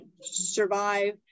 survive